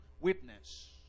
witness